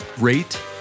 rate